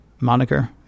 moniker